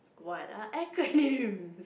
what are acronym